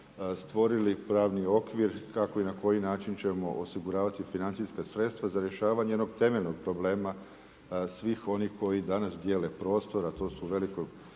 stvorili pravni okvir kako i na koji način ćemo osiguravati financijska sredstva za rješavanje jednog temeljnog problema svih onih koji danas dijele prostor a to su u velikoj